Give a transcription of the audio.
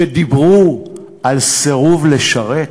שדיברו על סירוב לשרת,